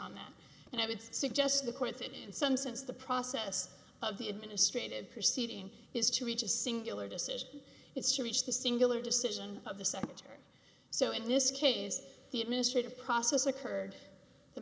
on that and i would suggest the court that in some sense the process of the administrative proceeding is to reach a singular decision it's to reach the singular decision of the secretary so in this case the administrative process occurred the